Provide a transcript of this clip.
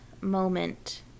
moment